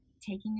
taking